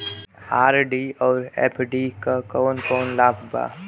RD और FD क कौन कौन लाभ बा?